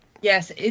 Yes